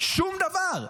שום דבר.